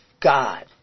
God